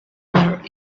were